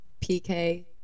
pk